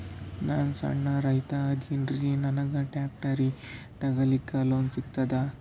ನಾನ್ ಸಣ್ ರೈತ ಅದೇನೀರಿ ನನಗ ಟ್ಟ್ರ್ಯಾಕ್ಟರಿ ತಗಲಿಕ ಲೋನ್ ಸಿಗತದ?